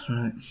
Right